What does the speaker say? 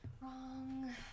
Wrong